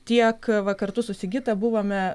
tiek va kartu su sigita buvome